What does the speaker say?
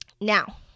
Now